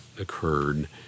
occurred